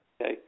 okay